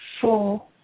four